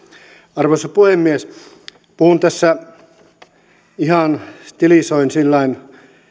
arvoisa puhemies puhun tässä ihan stilisoin sillä lailla